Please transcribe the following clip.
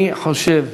אני חושב,